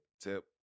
Tip